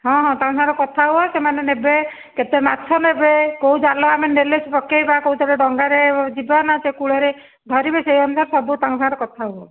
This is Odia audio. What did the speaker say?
ହଁ ହଁ ତାଙ୍କ ସାଙ୍ଗରେ କଥା ହୁଅ ସେମାନେ ନେବେ କେତେ ମାଛ ନେବେ କୋଉ ଜାଲ ଆମେ ନେଲେ ସେ ପକେଇବା କୋଉ ଜାଲ ଡଙ୍ଗାରେ ଯିବା ନା ସେ କୂଳରେ ଧରିବେ ସେ ଅନୁସାରେ ସବୁ ତାଙ୍କ ସାଙ୍ଗରେ କଥା ହୁଅ